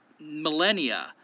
millennia